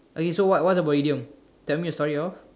okay so what what about idiom tell me a story of